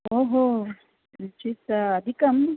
ओ हो किञ्चित् अधिकं